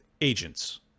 agents